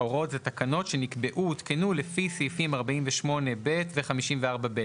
ההוראות אלה תקנות שנקבעו והותקנו לפי סעיפים 48(ב) ו-54(ב).